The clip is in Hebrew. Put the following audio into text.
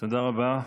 תודה רבה.